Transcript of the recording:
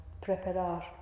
preparar